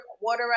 water